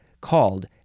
called